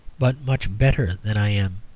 but much better than i am.